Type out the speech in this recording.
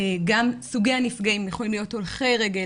גם סוגי הנפגעים יכולים להיות הולכי רגל,